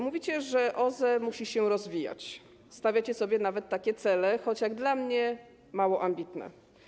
Mówicie, że OZE musi się rozwijać, stawiacie sobie nawet takie cele, choć jak dla mnie mało ambitne.